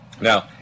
Now